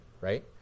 Right